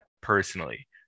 personally